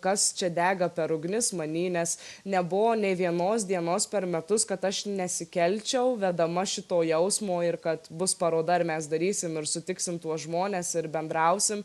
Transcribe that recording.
kas čia dega per ugnis many nes nebuvo nė vienos dienos per metus kad aš nesikelčiau vedama šito jausmo ir kad bus paroda ar mes darysim ir sutiksim tuos žmones ir bendrausim